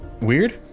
weird